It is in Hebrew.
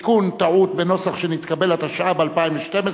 (תיקון טעות בנוסח שנתקבל), התשע"ב 2012,